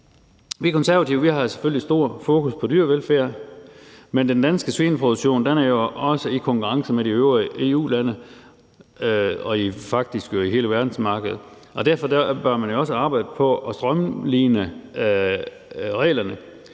Vi Konservative har selvfølgelig stort fokus på dyrevelfærd, men den danske svineproduktion er jo også i konkurrence med de øvrige EU-lande og faktisk hele verdensmarkedet. Derfor bør man også arbejde på at strømline reglerne,